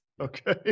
Okay